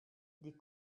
des